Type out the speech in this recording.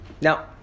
Now